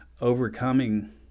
overcoming